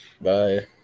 Bye